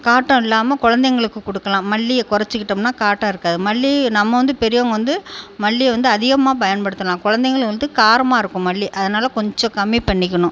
காட்டம் இல்லாமல் குழந்தைங்களுக்கு கொடுக்கலாம் மல்லியை குறைச்சிக்கிட்டோம்னா காட்டம் இருக்காது மல்லி நம்ம வந்து பெரியவங்க வந்து மல்லியை வந்து அதிகமாக பயன்படுத்தலாம் குழந்தைங்கள் வந்து காரமாக இருக்கும் மல்லி அதனால் கொஞ்சம் கம்மி பண்ணிக்கனும்